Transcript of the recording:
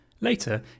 Later